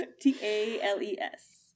t-a-l-e-s